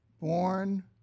born